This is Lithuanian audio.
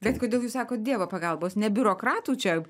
bet kodėl jūs sakot dievo pagalbos ne biurokratų čia